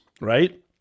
right